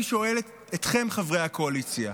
ואני שואל אתכם, חברי הקואליציה: